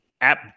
app